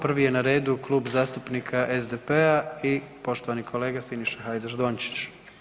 Prvi je na redu Klub zastupnika SDP-a i poštovani kolega Siniša Hajdaš Dončić.